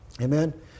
Amen